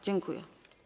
Dziękuję.